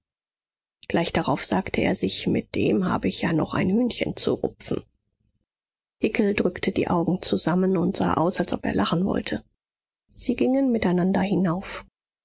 gleich darauf sagte er sich mit dem habe ich ja noch ein hühnchen zu rupfen hickel drückte die augen zusammen und sah aus als ob er lachen wollte sie gingen miteinander hinauf